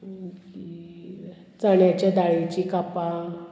चण्याच्या दाळीचीं कापां